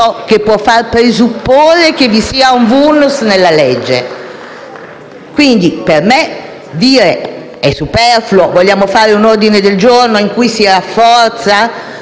PD)*. Per me è superfluo, ma se vogliamo fare un ordine del giorno in cui si rafforza la Convenzione ONU, io personalmente non ho problemi.